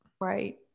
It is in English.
Right